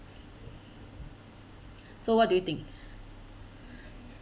so what do you think